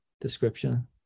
description